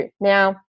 Now